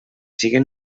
siguen